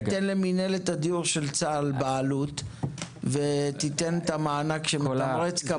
תיתן למינהלת הדיור של צה"ל בעלות ואת המענק שמתמרץ קבלן.